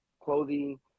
clothing